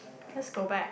let's go back